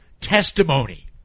testimony